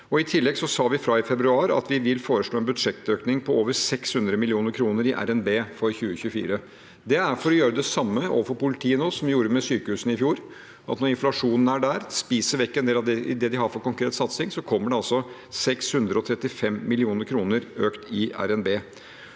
I tillegg sa vi fra i februar at vi vil foreslå en budsjettøkning på over 600 mill. kr i RNB for 2024. Det er for å gjøre det samme overfor politiet nå som vi gjorde med sykehusene i fjor. Når inflasjonen er der og spiser opp en del av det de har til konkret satsing, kommer det altså 635 mill. kr i økning i RNB.